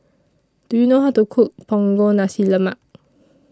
Do YOU know How to Cook Punggol Nasi Lemak